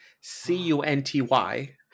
c-u-n-t-y